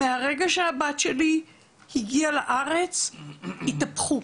מהרגע שהבת שלי הגיעה לארץ, התהפכו.